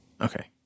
Okay